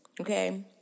okay